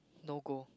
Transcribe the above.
no go